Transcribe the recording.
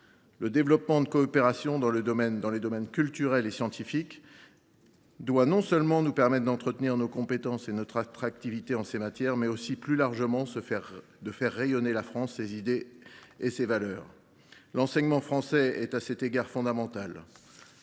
Le développement de coopérations dans les domaines culturel et scientifique doit nous permettre non seulement d’entretenir nos compétences et notre attractivité en ces matières, mais aussi, plus largement, de faire rayonner la France, ses idées et ses valeurs. L’enseignement du français est à cet égard fondamental.